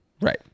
Right